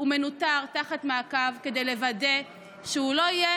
ומנוטר תחת מעקב כדי לוודא שהוא לא יהיה